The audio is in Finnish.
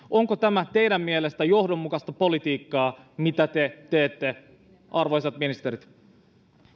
onko tämä teidän mielestänne johdonmukaista politiikkaa mitä te teette arvoisat ministerit